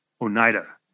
Oneida